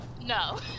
No